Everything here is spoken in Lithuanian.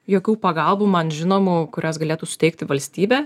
jokių pagalbų man žinomų kurias galėtų suteikti valstybė